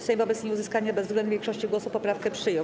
Sejm wobec nieuzyskania bezwzględnej większości głosów poprawkę przyjął.